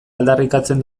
aldarrikatzen